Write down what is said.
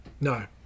no